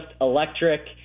electric